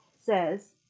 says